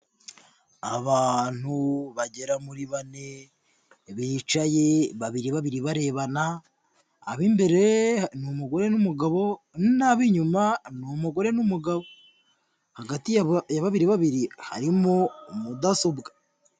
Abantu bagera muri bane bicaye babiri babiri barebana, ab'imbere ni umugore n'umugabo n'ab'inyuma ni umugore n'umugabo, hagati ya babiri babiri harimo mudasobwa.